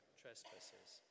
trespasses